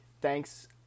Thanks